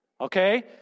Okay